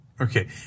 Okay